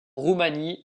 roumanie